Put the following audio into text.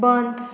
बंस